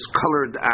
colored